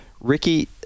Ricky